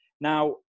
Now